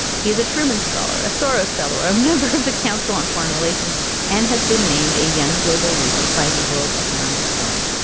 he is a truman scholar a soros fellow a a member of the council on foreign relations and has been named a young global leader by the world economic forum.